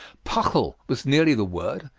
puckle was nearly the word,